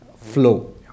Flow